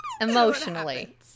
Emotionally